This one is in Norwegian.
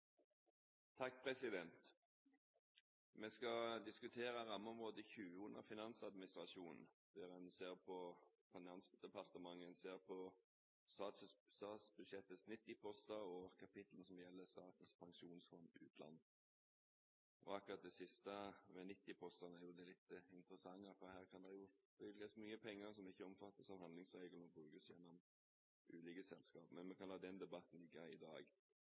gjelder Statens pensjonsfond utland. Akkurat det siste, med 90-postene, er jo litt interessant, for her kan det bevilges mye penger som ikke omfattes av handlingsregelen, og som brukes gjennom ulike selskaper, men vi kan la den debatten ligge i dag.